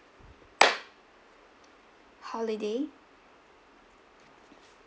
holiday